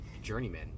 Journeyman